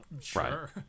sure